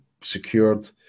secured